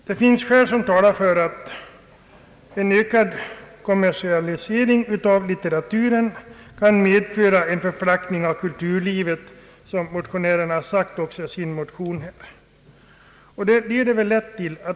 Det finns skäl som talar för att en ökad kommersialisering av litteraturen kan medföra en förflackning av kulturlivet, vilket motionärerna framhållit.